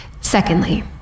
Secondly